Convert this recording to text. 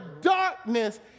darkness